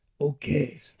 okay